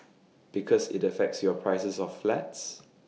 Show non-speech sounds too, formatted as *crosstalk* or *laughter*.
because IT affects your prices of flats *noise*